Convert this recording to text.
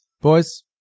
Boys